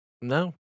No